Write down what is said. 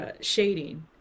shading